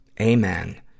Amen